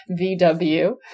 VW